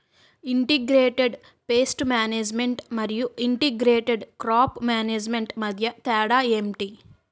integrated pest management మరియు integrated crop management మధ్య తేడా ఏంటి